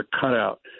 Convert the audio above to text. cutout